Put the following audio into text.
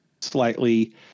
slightly